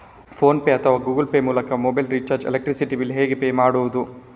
Phone pay ಅಥವಾ Google pay ಮೂಲಕ mobile recharge, electricity bill ಹೇಗೆ ಪೇ ಮಾಡುವುದು?